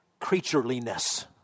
creatureliness